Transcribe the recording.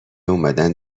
اومدن